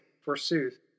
forsooth